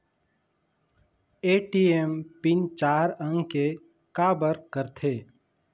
ATM PIN चार अंक के का बर करथे?